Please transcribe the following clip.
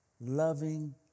loving